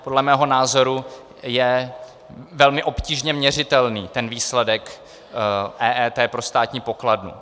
Podle mého názoru je velmi obtížně měřitelný ten výsledek EET pro státní pokladnu.